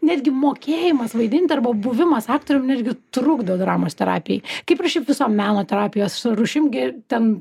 netgi mokėjimas vaidinti arba buvimas aktorium netgi trukdo dramos terapijai kaip ir šiaip visom meno terapijos rūšim gi ten